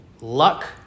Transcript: luck